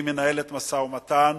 היא מנהלת משא-ומתן